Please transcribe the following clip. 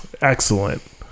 excellent